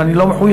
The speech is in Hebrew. ואני לא מחויב.